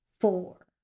four